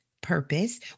purpose